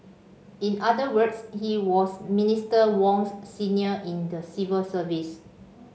in other words he was Minister Wong's senior in the civil service